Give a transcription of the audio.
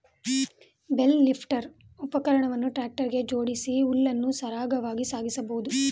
bale lifter ಉಪಕರಣವನ್ನು tractor ಗೆ ಜೋಡಿಸಿ ಹುಲ್ಲನ್ನು ಸರಾಗವಾಗಿ ಸಾಗಿಸಬೋದು